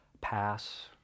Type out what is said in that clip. pass